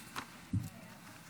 התשפ"ד 2024,